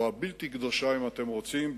או הבלתי-קדושה אם אתם רוצים,